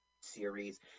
series